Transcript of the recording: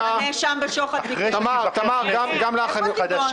הנאשם בשוחד --- תמר, גם לך אני אומר.